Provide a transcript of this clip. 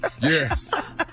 Yes